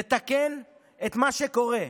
לתקן את מה שקורה.